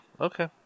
okay